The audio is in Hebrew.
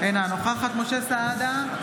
אינה נוכחת משה סעדה,